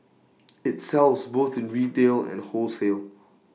IT sells both in retail and in wholesale